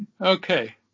Okay